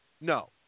No